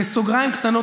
בסוגריים קטנים,